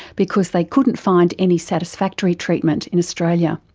because they couldn't find any satisfactory treatment in australia.